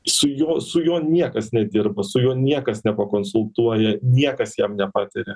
su juo su juo niekas nedirba su juo niekas nepakonsultuoja niekas jam nepataria